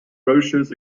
brochures